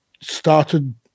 started